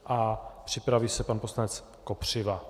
A připraví se pan poslanec Kopřiva.